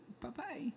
Bye-bye